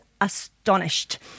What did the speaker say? astonished